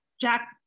Jack